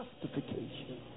justification